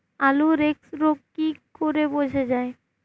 আলুর এক্সরোগ কি করে বোঝা যায়?